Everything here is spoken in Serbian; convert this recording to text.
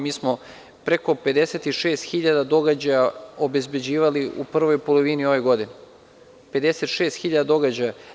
Mi smo preko 56.000 događaja obezbeđivali u prvoj polovini ove godine, 56.000 događaja.